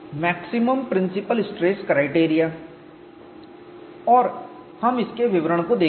maximum principal stress criteria और हम इसके विवरण को देखते हैं